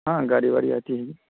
ہاں گاڑی واڑی آتی ہے